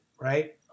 right